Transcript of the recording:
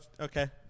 okay